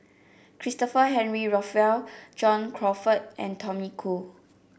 Christopher Henry Rothwell John Crawfurd and Tommy Koh